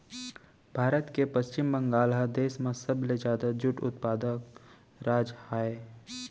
भारत के पस्चिम बंगाल ह देस म सबले जादा जूट उत्पादक राज अय